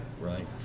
Right